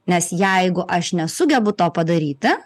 nes jeigu aš nesugebu to padaryti